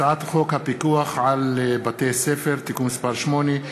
הצעת חוק הפיקוח על בתי-ספר (תיקון מס' 8)